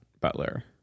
butler